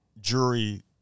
jury